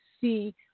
see